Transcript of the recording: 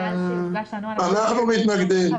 אנחנו מתנגדים.